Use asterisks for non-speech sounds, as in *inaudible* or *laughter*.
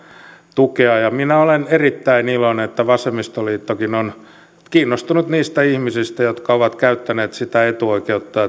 tukea ja minä olen erittäin iloinen että vasemmistoliittokin on kiinnostunut niistä ihmisistä jotka ovat käyttäneet sitä etuoikeutta *unintelligible*